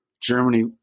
Germany